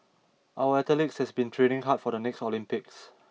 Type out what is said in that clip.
our athletes have been training hard for the next Olympics